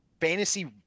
fantasy